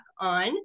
on